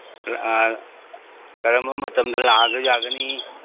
ꯀꯔꯝꯕ ꯃꯇꯝꯗ ꯂꯥꯛꯑꯒ ꯌꯥꯒꯅꯤ